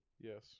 Yes